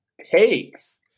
takes